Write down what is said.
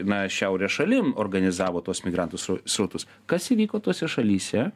na šiaurės šalim organizavo tuos migrantų srau srautus kas įvyko tose šalyse